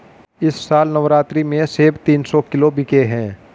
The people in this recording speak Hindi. इस साल नवरात्रि में सेब तीन सौ किलो बिके हैं